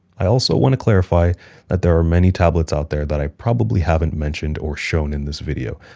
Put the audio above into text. i also want to clarify that there are many tablets out there that i probably haven't mentioned or shown in this video.